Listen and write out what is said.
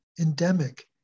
endemic